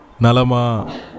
Nalama